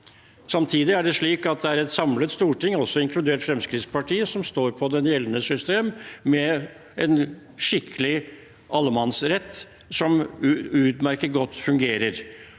Samtidig er det slik at det er et samlet storting, inkludert Fremskrittspartiet, som står på det gjeldende system, med en skikkelig allemannsrett, som fungerer